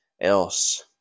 else